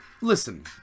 Listen